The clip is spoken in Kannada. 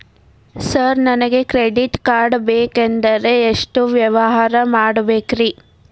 ಸರ್ ನನಗೆ ಕ್ರೆಡಿಟ್ ಕಾರ್ಡ್ ಬೇಕಂದ್ರೆ ಎಷ್ಟು ವ್ಯವಹಾರ ಮಾಡಬೇಕ್ರಿ?